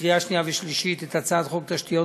לקריאה שנייה ושלישית את הצעת חוק תשתיות